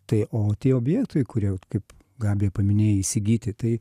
tai o tie objektai kurie vat kaip gabija paminėjai įsigyti tai